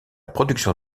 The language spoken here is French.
production